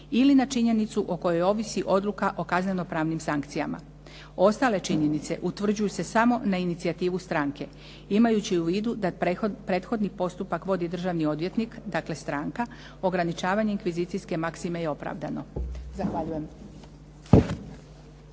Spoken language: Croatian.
ili na činjenicu o kojoj ovisi odluka o kazneno-pravnim sankcijama. Ostale činjenice utvrđuju se samo na inicijativu stranke imajući u vidu da prethodni postupak vodi državni odvjetnik, dakle stranke, ograničavanje inkvizicijske maksime je opravdano. Zahvaljujem.